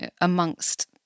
amongst